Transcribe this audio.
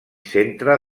centre